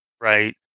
Right